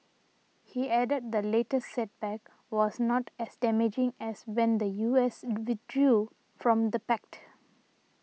he added the latest setback was not as damaging as when the U S withdrew from the pact